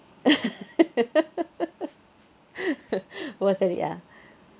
what's that ah